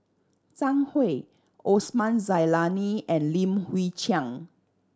Zhang Hui Osman Zailani and Lim Chwee Chian